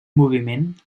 moviment